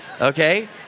okay